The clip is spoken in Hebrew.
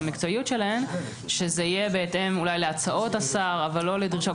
המקצועיות שלהן שזה יהיה בהתאם אולי להצעות השר אבל לא לדרישות,